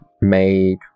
made